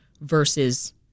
versus